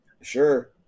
Sure